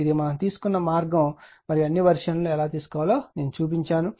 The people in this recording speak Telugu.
ఇది మనము తీసుకున్న మార్గం మరియు అన్ని వెర్షన్లు ఎలా తీసుకోవాలో నేను చూపించాను